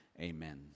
Amen